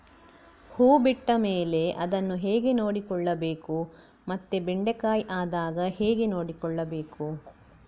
ಹೂ ಬಿಟ್ಟ ಮೇಲೆ ಅದನ್ನು ಹೇಗೆ ನೋಡಿಕೊಳ್ಳಬೇಕು ಮತ್ತೆ ಬೆಂಡೆ ಕಾಯಿ ಆದಾಗ ಹೇಗೆ ನೋಡಿಕೊಳ್ಳಬೇಕು?